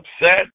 upset